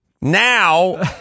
now